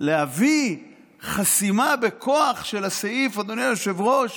להביא חסימה בכוח של הסעיף, אדוני היושב-ראש,